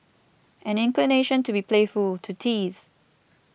an inclination to be playful to tease